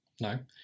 no